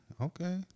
Okay